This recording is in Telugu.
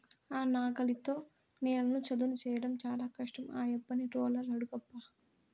ఆ నాగలితో నేలను చదును చేయడం చాలా కష్టం ఆ యబ్బని రోలర్ అడుగబ్బా